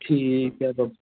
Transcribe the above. ਠੀਕ ਹੈ ਬਾਬਾ